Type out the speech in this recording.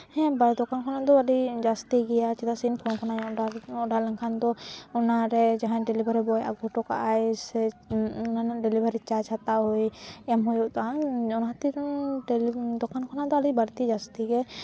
ᱦᱮᱸ ᱵᱟᱭ ᱫᱚᱠᱟᱱ ᱠᱷᱚᱱᱟᱜ ᱫᱚ ᱟᱹᱰᱤ ᱡᱟᱹᱥᱛᱤ ᱜᱮᱭᱟ ᱪᱮᱫᱟᱜ ᱥᱮ ᱚᱰᱟᱨ ᱞᱮᱱᱠᱷᱟᱱ ᱫᱚ ᱚᱱᱟᱨᱮ ᱡᱟᱦᱟᱸ ᱰᱮᱞᱤᱵᱷᱟᱨᱤ ᱵᱚᱭ ᱟᱹᱜᱩ ᱦᱚᱴᱚ ᱠᱟᱜᱼᱟᱭ ᱥᱮ ᱚᱱᱟ ᱨᱮᱱᱟᱜ ᱰᱮᱞᱤᱵᱷᱟᱨᱤ ᱪᱟᱨᱡᱽ ᱦᱟᱛᱟᱣ ᱦᱩᱭ ᱮᱢ ᱦᱩᱭᱩᱜᱼᱟ ᱚᱱᱟ ᱠᱷᱟᱹᱛᱤᱨ ᱫᱚᱠᱟᱱ ᱠᱷᱚᱱᱟᱜ ᱫᱚ ᱟᱹᱰᱤ ᱵᱟᱹᱲᱛᱤ ᱡᱟᱹᱥᱛᱤ ᱜᱮ